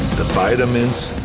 the vitamins,